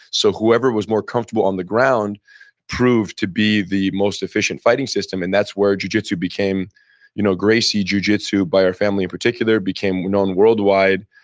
so whoever was more comfortable on the ground proved to be the most efficient fighting system and that's where jujitsu became you know gracie jujitsu but our family in particular became known worldwide,